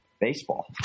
baseball